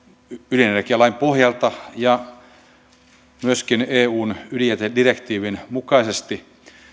ydinenergialain pohjalta ja myöskin eun ydinjätedirektiivin mukaisesti